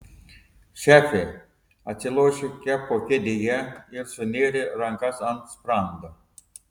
šefė atsilošė kepo kėdėje ir sunėrė rankas ant sprando